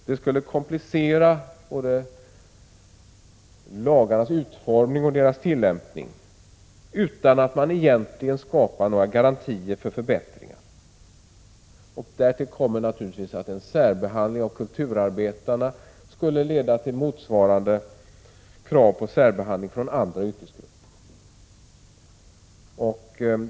Det skulle komplicera både lagarnas utformning och deras tillämpning, utan att man egentligen skapar några garantier för förbättringar. Därtill kommer naturligtvis att en särbehandling av kulturarbetarna skulle leda till motsvarande krav på särbehandling från andra yrkesgrupper.